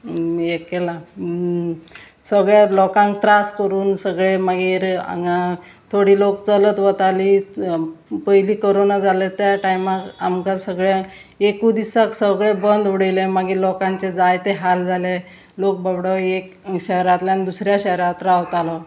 हें केलां सगळें लोकांक त्रास करून सगळें मागीर हांगा थोडी लोक चलत वतालीं पयलीं कोरोना जाले त्या टायमार आमकां सगळ्यांक एकू दिसाक सगळें बंद उडयलें मागीर लोकांचें जायते हाल जाले लोक बाबडो एक शहरांतल्यान दुसऱ्या शहरांत रावतालो